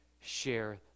share